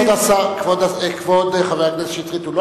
אף פעם על שום דבר.